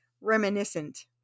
reminiscent